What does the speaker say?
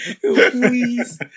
Please